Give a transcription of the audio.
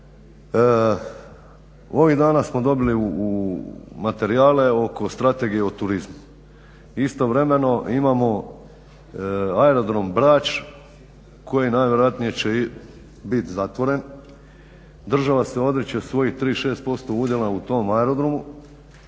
Ovih dana smo dobili u materijale oko strategije u turizmu. Istovremeno imamo aerodrom Brač koji najvjerojatnije će bit zatvoren. Država se odriče svojih 36% udjela u tom aerodromu.